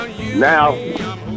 Now